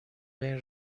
بین